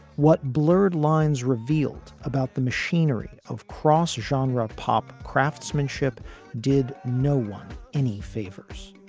what blurred lines revealed about the machinery of cross genre pop craftsmanship did no one any favors.